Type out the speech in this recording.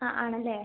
ആണല്ലേ